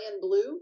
Blue